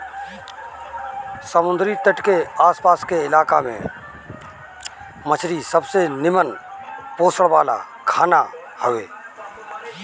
समुंदरी तट के आस पास के इलाका में मछरी सबसे निमन पोषण वाला खाना हवे